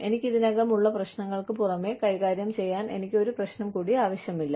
എനിക്ക് ഇതിനകം ഉള്ള പ്രശ്നങ്ങൾക്ക് പുറമേ കൈകാര്യം ചെയ്യാൻ എനിക്ക് ഒരു പ്രശ്നം കൂടി ആവശ്യമില്ല